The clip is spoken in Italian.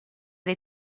dei